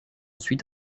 ensuite